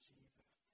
Jesus